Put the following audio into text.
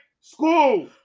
school